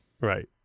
right